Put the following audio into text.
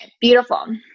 beautiful